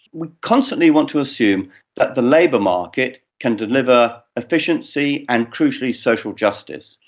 we constantly want to assume that the labour market can deliver efficiency and crucially social justice.